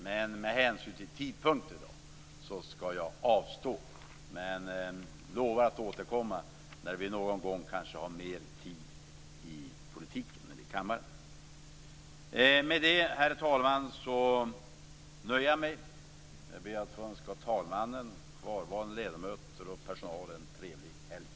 Men med hänsyn till tidpunkten på dagen skall jag avstå. Jag lovar att återkomma när vi har mer tid i kammaren. Herr talman! Jag nöjer mig med detta. Jag ber att få önska talmannen, kvarvarande ledamöter och personalen en trevlig helg.